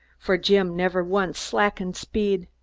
for jim never once slackened speed.